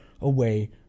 away